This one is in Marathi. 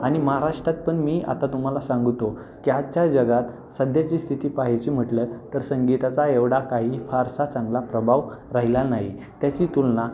आणि महाराष्ट्रात पण मी आता तुम्हाला सांगतो की आजच्या जगात सध्याची स्थिती पाह्यची म्हटलं तर संगीताचा एवढा काही फारसा चांगला प्रभाव राहिलेला नाही त्याची तुलना